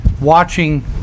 watching